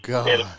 God